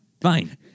fine